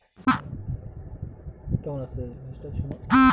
Debit card দিয়ে সর্বাধিক কত টাকা প্রতিদিন তোলা য়ায়?